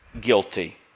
guilty